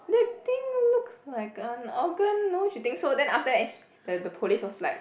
that thing looks like an organ no she think so then after that h~ the the police was like